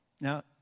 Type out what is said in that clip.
Now